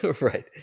Right